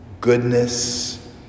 goodness